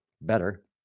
better